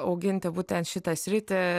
auginti būtent šitą sritį